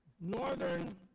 northern